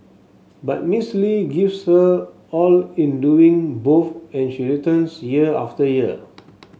but Miss Lee gives her all in doing both and she returns year after year